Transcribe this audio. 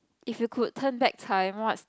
if you could turn back time what